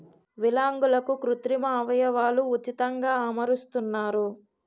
విలాంగులకు కృత్రిమ అవయవాలు ఉచితంగా అమరుస్తున్నారు